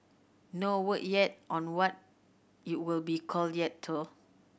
no word yet on what it'll be called yet though